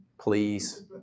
Please